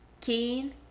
Keen